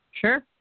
Sure